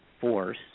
force